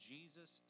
Jesus